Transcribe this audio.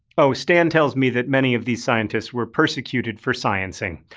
oh, stan tells me that many of these scientists were persecuted for sciencing.